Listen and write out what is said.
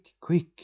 quick